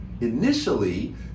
initially